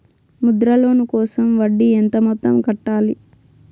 Mudra loan కోసం వడ్డీ ఎంత మొత్తం కట్టాలి